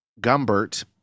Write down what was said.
Gumbert